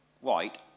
white